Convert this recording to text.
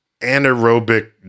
anaerobic